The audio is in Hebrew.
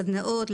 סדנאות,